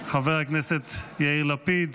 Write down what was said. חבר הכנסת יאיר לפיד,